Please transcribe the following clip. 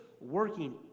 working